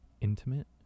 intimate